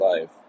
Life